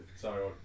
Sorry